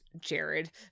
Jared